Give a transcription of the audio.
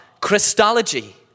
Christology